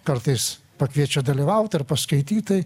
kartais pakviečia dalyvaut ir paskaityt tai